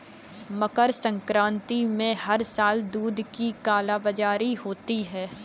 मकर संक्रांति में हर साल दूध की कालाबाजारी होती है